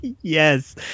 Yes